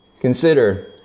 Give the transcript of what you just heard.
consider